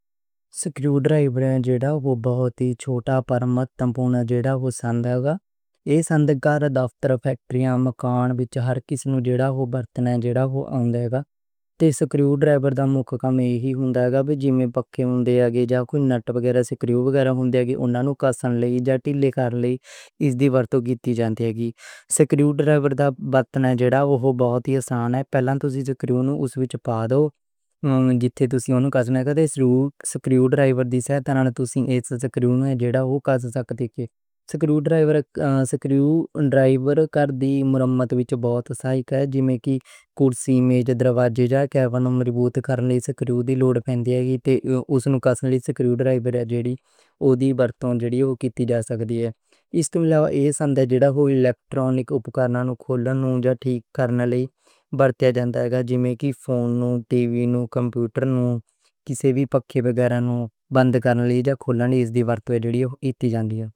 Screw driver بہت چھوٹا پرمکھ ٹول ہے۔ ایہ گھر، دفتر، فیکٹریاں، مکان وچ ہر کسی نوں ورتنا ہے جیہڑا اوہ آؤندا ہوندا۔ تے سکرو ڈرائیور دا مکھ کام ایہی ہوندا ہے، جیویں پکّے ہوندے ہن جاں کوئی نٹ وغیرہ اُنہنوں کَسّن لئی یا ڈھیلا کرن لئی اس دی ورتوں کیتی جاندی اے۔ سکرو ڈرائیور دی ورتوں بالکل بہت آساں ہے، پہلاں تُسی سکرو نوں اوہدے وچ پاؤ جیہڑے تُسی اوہدے کَس دینا جیہڑا اوہ کَس دیسی۔ سکرو ڈرائیور کر دی مرمت وچ بہت سہائک ہے، جیویں کہ کرسی وچ جوڑ وچ چیزاں نوں مضبوط کرن لئی سکرو ڈرائیور دی لوڑ پیندی ہے، تے اوہنوں کَسّن لئی سکرو ڈرائیور دی ورتوں جدی اوہ کیتی جا سکدی اے۔ اس توں علاوہ جیہڑا اوہ الیکٹرانک اوزاراں نوں کھولنا تے ٹھیک کرنا لئی ورتیا جاندا اے، جِمیں کہ فون نوں، ٹی وی نوں، کسے وی پکّے بگاڑاں نوں بند کرن لئی جاں کھولن لئی اس دی ورتوں وڈی جاندی اے۔